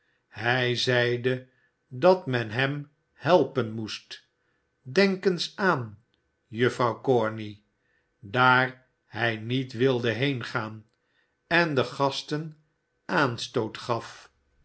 hij zeide dat men hem helpen moest denk eens aan juffrouw corney daar hij niet wilde heengaan en den gasten aanstoot gaf